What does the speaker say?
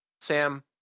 Sam